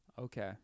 Okay